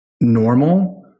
normal